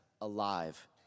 alive